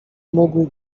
mógł